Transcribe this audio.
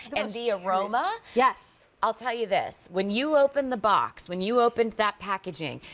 and the aroma yes. i'll tell you this, when you open the box, when you opened that packaging,